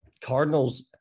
Cardinals